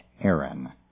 Aaron